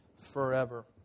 forever